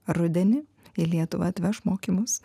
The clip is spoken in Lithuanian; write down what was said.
rudenį į lietuvą atveš mokymus